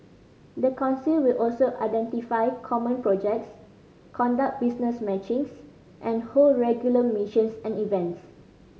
the council will also identify common projects conduct business matchings and hold regular missions and events